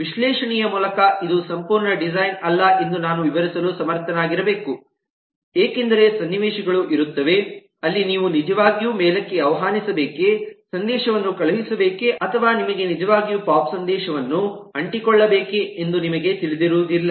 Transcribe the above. ವಿಶ್ಲೇಷಣೆಯ ಮೂಲಕ ಇದು ಸಂಪೂರ್ಣ ಡಿಸೈನ್ ಅಲ್ಲ ಎಂದು ನಾನು ವಿವರಿಸಲು ಸಮರ್ಥನಾಗಿರಬೇಕು ಏಕೆಂದರೆ ಸನ್ನಿವೇಶಗಳು ಇರುತ್ತವೆ ಅಲ್ಲಿ ನೀವು ನಿಜವಾಗಿಯೂ ಮೇಲಕ್ಕೆ ಆಹ್ವಾನಿಸಬೇಕೇ ಸಂದೇಶವನ್ನು ಕಳುಹಿಸಬೇಕೆ ಅಥವಾ ನಿಮಗೆ ನಿಜವಾಗಿ ಪೋಪ್ ಸಂದೇಶವನ್ನು ಅಂಟಿಕೊಳ್ಳಬೇಕೆ ಎಂದು ನಿಮಗೆ ತಿಳಿದಿರುವುದಿಲ್ಲ